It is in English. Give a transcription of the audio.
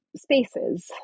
spaces